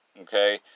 okay